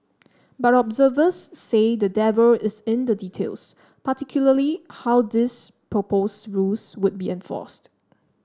but observers say the devil is in the details particularly how these proposed rules would be enforced